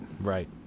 right